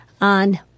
on